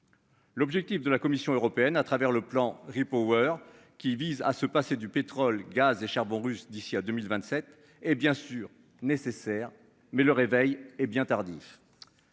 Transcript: L'objectif de la Commission européenne à travers le plan ripoux joueurs qui vise à se passer du pétrole, gaz et charbon russes d'ici à 2027 et bien sûr nécessaire mais le réveil hé bien tardif.